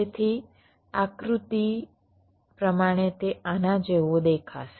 તેથી આકૃતિ પ્રમાણે તે આના જેવો દેખાશે